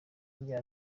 rya